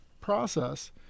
process